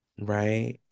Right